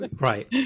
right